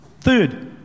Third